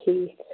ٹھیٖک